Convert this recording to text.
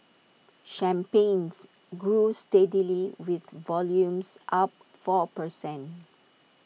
champagnes grew steadily with volumes up four per cent